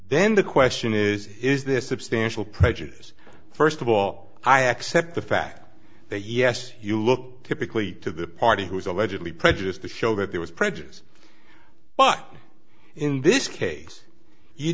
then the question is is this substantial prejudice first of all i accept the fact that yes you look typically to the party who is allegedly prejudiced to show that there was prejudice but in this case